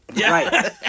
Right